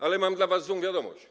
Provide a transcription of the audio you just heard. Ale mam dla was złą wiadomość.